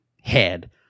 head